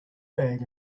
bag